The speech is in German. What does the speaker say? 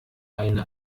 eine